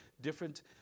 different